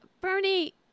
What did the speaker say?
Bernie